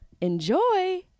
enjoy